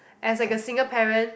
as like a single parent